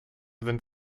sind